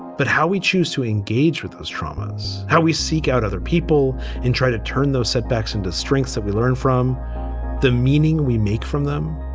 but how we choose to engage with those traumas, how we seek out other people and try to turn those setbacks into strengths that we learn from them, meaning we make from them.